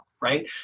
right